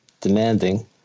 demanding